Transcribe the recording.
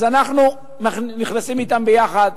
אז אנחנו נכנסים אתם ביחד,